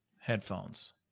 headphones